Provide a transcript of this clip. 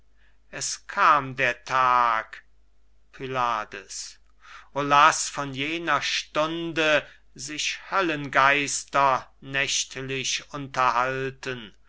es kam der tag pylades o laß von jener stunde sich höllengeister nächtlich unterhalten